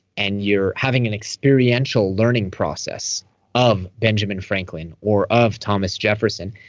and you're having an experiential learning process of benjamin franklin or of thomas jefferson.